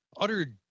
utter